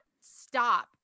stop